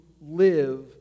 live